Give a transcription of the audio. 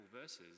verses